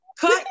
Cut